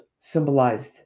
symbolized